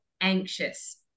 anxious